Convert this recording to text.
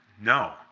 No